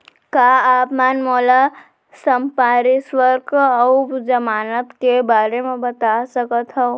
का आप मन मोला संपार्श्र्विक अऊ जमानत के बारे म बता सकथव?